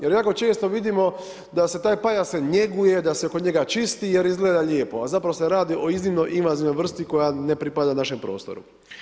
Jer jako često vidimo da se taj pajasen njeguje, da se oko njega čisti, jer izgleda lijepo, a zapravo se radi o iznimno invazivnoj vrsti koja ne pripada našem prostoru.